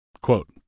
Quote